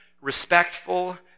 respectful